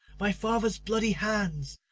my father's bloody hands,